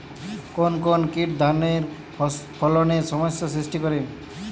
কোন কোন কীট ধানের ফলনে সমস্যা সৃষ্টি করে?